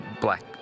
Black